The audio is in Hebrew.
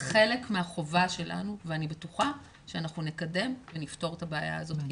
החלק מהחובה שלנו ואני בטוחה שאנחנו נקדם ונפתור את הבעיה הזאת,